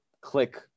click